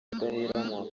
mudaheranwa